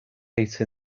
ate